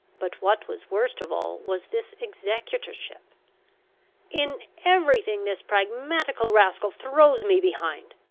but what was worst of all was this executorship. in every thing this pragmatical rascal throws me behind.